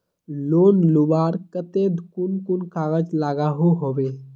Loan लुबार केते कुन कुन कागज लागोहो होबे?